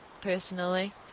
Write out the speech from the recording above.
personally